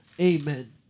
Amen